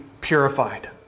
purified